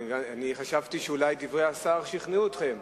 אני חשבתי שאולי דברי השר שכנעו אתכם.